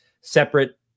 separate